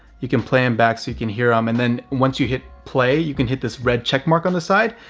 you can play them back so you can hear them. um and then once you hit play, you can hit this red check mark on the side,